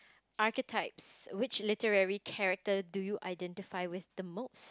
archetypes which literary character do you identify with the most